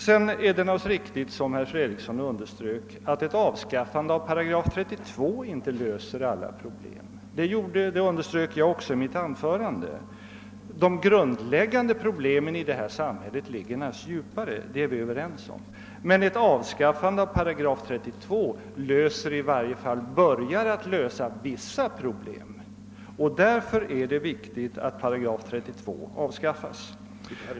Det är naturligtvis riktigt, som herr Fredriksson underströk, att ett avskaffande av § 32 inte löser alla problem; det betonade jag också i mitt anförande. Vi är överens om att de grundläggande problemen i detta samhälle naturligtvis ligger djupare. Men ett avskaffande av § 32 börjar i alla fall att lösa vissa problem, och därför är det viktigt att 8 32 avskaffas.